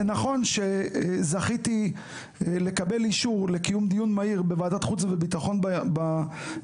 זה נכון שזכיתי לקבל אישור לקיום דיון מהיר בוועדת החוץ והביטחון בנושא,